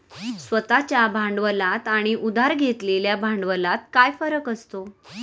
स्वतः च्या भांडवलात आणि उधार घेतलेल्या भांडवलात काय फरक असतो?